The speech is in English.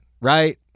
right